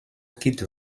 quitte